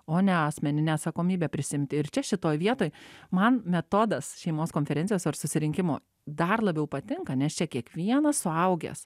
o ne asmeninę atsakomybę prisiimti ir čia šitoj vietoj man metodas šeimos konferencijos ar susirinkimo dar labiau patinka nes čia kiekvienas suaugęs